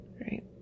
right